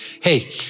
hey